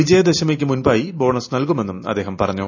വിജയദശമിക്ക് മുൻപായി ബോണസ് നൽകുമെന്നും അദ്ദേഹം പറഞ്ഞു